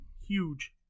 huge